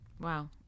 Wow